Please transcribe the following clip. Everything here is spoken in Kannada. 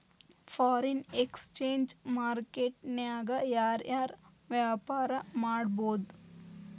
ಫಾರಿನ್ ಎಕ್ಸ್ಚೆಂಜ್ ಮಾರ್ಕೆಟ್ ನ್ಯಾಗ ಯಾರ್ ಯಾರ್ ವ್ಯಾಪಾರಾ ಮಾಡ್ಬೊದು?